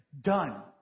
done